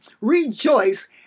Rejoice